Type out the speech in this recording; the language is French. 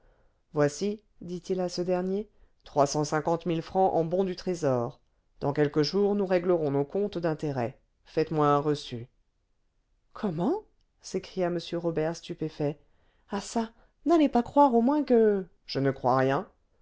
voici dit-il à ce dernier trois cent cinquante mille francs en bons du trésor dans quelques jours nous réglerons nos comptes d'intérêt faites-moi un reçu comment s'écria m robert stupéfait ah çà n'allez pas croire au moins que je ne crois rien